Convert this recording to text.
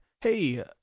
Hey